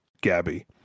gabby